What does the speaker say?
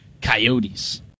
Coyotes